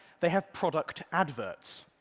they have product adverts.